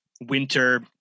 winter